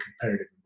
competitive